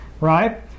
right